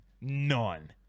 None